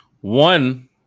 One